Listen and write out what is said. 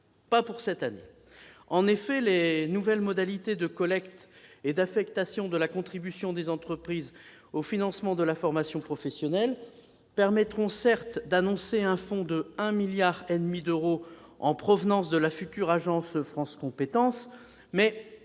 au moins cette année. Les nouvelles modalités de collecte et d'affectation de la contribution des entreprises au financement de la formation professionnelle permettront, certes, d'afficher un fonds abondé à hauteur de 1,5 milliard d'euros en provenance de la future agence France compétences, mais,